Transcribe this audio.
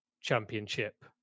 championship